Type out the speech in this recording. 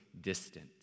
distant